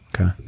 okay